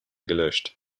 gelöscht